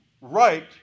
right